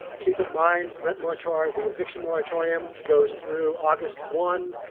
keep in mind rent monitor the eviction moratorium goes through august one.